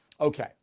Okay